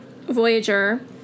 Voyager